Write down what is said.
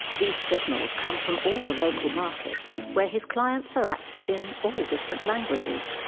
these signals come from all the local markets where his clients are active in all different languages.